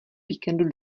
víkendu